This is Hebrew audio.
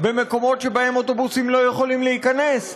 במקומות שבהם אוטובוסים לא יכולים להיכנס,